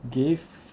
gave